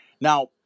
Now